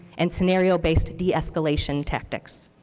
and scenario-based de-escalation tactics.